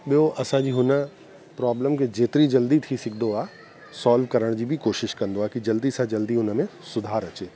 ॿियों असांजी हुन प्रॉब्लम खे जेतिरी जल्दी थी सघंदो आहे सॉल्व करण जी बि कोशिश कंदो आहे कि जल्दी सां जल्दी उन में सुधार अचे